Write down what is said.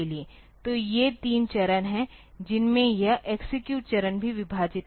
तो ये तीन चरण हैं जिनमें यह एक्सेक्यूट चरण भी विभाजित है